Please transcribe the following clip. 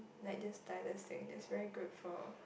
like this stylus thing that's very good for